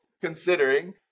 considering